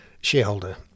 shareholder